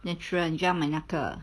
natural 你就要买那个